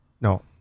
No